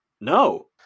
No